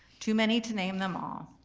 too many to name them all.